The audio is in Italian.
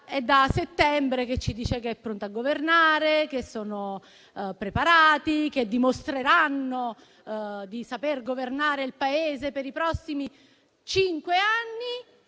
è da settembre che ci dice che è pronta a governare, che sono preparati, che dimostreranno di saper governare il Paese per i prossimi cinque anni;